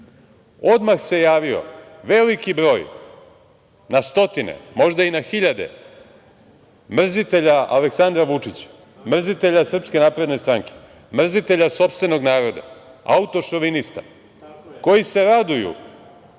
odmah se javio veliki broj, na stotine, možda i na hiljade mrzitelja Aleksandra Vučića, mrzitelja SNS, mrzitelja sopstvenog naroda, autošovinista, koji se raduju